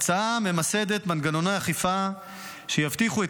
ההצעה ממסדת מנגנוני אכיפה שיבטיחו את